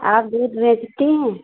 आप दूध बेचती हैं